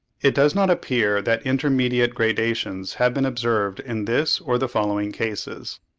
it does not appear that intermediate gradations have been observed in this or the following cases.